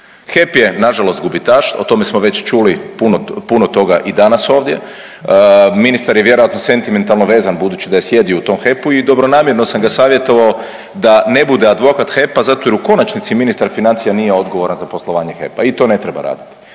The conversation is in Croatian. HEP je nažalost gubitaš, o tome smo već čuli puno, puno toga i danas ovdje, ministar je vjerojatno sentimentalno vezan budući da je sjedio u tom HEP-u i dobronamjerno sam ga savjetovao da ne bude advokat HEP-a zato jer u konačnici ministar financija nije odgovoran za poslovanje HEP-a i to ne treba raditi,